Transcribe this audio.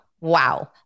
Wow